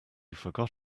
forgot